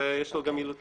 אבל יש לנו גם אילוצים.